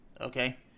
okay